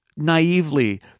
naively